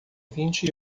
vinte